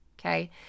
okay